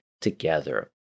together